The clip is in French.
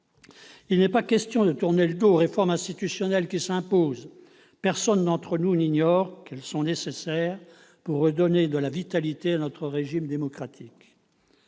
Il n'est pas question de tourner le dos aux réformes institutionnelles qui s'imposent. Personne d'entre nous n'ignore qu'elles sont nécessaires pour redonner de la vitalité à notre régime démocratique.